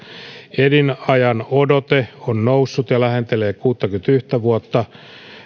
elinajanodote on noussut ja lähentelee kuuttakymmentäyhtä vuotta